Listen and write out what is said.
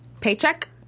Paycheck